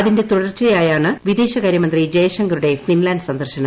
അതിന്റെതുടർച്ചയായാണ്വിദേശകാരൃമന്ത്രിജയ്ശങ്കറുടെ Finland സന്ദർശനം